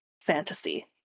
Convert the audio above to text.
fantasy